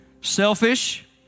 selfish